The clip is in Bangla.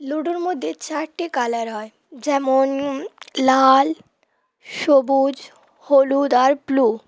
লুডোর মধ্যে চারটে কালার হয় যেমন লাল সবুজ হলুদ আর ব্লু